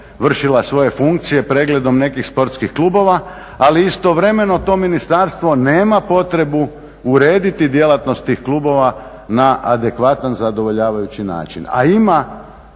vršila svoje funkcije pregledom nekih sportskih klubova, ali istovremeno to ministarstvo nema potrebu urediti djelatnost tih klubova na adekvatan zadovoljavajući način.